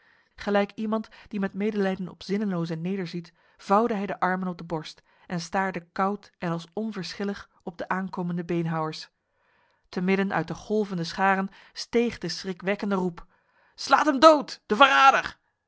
gelijk iemand die met medelijden op zinnelozen nederziet vouwde hij de armen op de borst en staarde koud en als onverschillig op de aankomende beenhouwers te midden uit de golvende scharen steeg de schrikverwekkende roep slaat hem dood de verrader